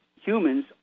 humans